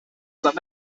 that